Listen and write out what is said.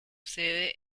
sede